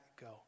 go